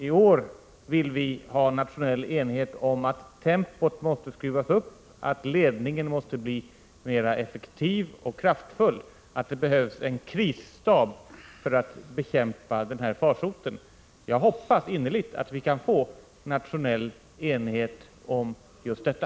I år vill vi ha nationell enighet om att tempot måste skruvas upp, att ledningen måste bli mer effektiv och kraftfull och att det behövs en krisstab för att bekämpa denna farsot. Jag hoppas innerligt att vi kan få nationell enighet om just detta.